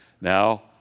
Now